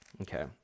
Okay